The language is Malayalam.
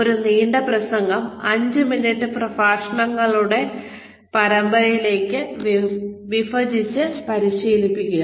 ഒരു നീണ്ട പ്രസംഗം അഞ്ച് മിനിറ്റ് സംഭാഷണങ്ങളുടെ പരമ്പരയിലേക്ക് വിഭജിച്ച് പരിശീലിക്കുക